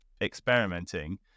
experimenting